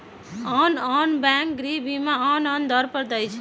आन आन बैंक गृह बीमा आन आन दर पर दइ छै